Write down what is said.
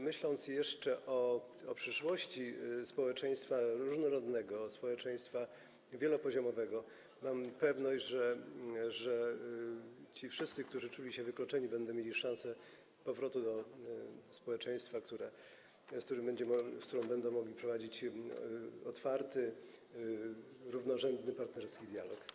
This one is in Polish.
Myśląc o przyszłości społeczeństwa różnorodnego, społeczeństwa wielopoziomowego, mam pewność, że ci wszyscy, którzy czuli się wykluczeni, będą mieli szansę powrotu do społeczeństwa, z którym będą mogli prowadzić otwarty, równorzędny, partnerski dialog.